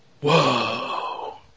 Whoa